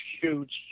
huge